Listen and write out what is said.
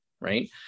right